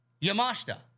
Yamashita